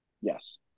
Yes